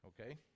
Okay